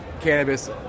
cannabis